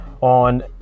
on